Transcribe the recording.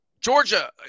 Georgia